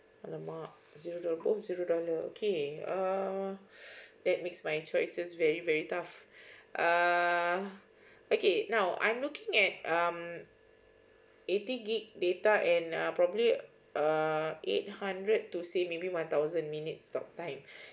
alamak zero dollar both zero dollar okay err that makes my choices very very tough err okay now I'm looking at um eighty git data and uh probably err eight hundred to say maybe one thousand minutes talk time